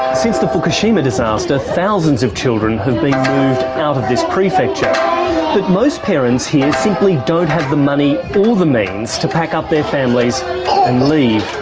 since the fukushima disaster thousands of children have been moved out of this prefecture but most parents here simply don't have the money or the means to pack up their families and leave.